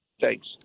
Thanks